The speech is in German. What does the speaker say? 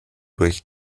durch